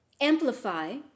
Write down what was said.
amplify